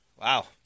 Wow